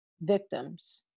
victims